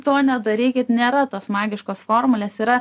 to nedarykit nėra tos magiškos formulės yra